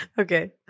Okay